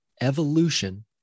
evolution